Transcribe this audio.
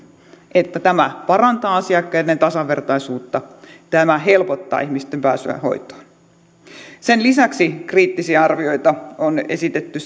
että tämä parantaa asiakkaiden tasavertaisuutta tämä helpottaa ihmisten pääsyä hoitoon sen lisäksi kriittisiä arvioita on esitetty